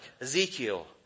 Ezekiel